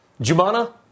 Jumana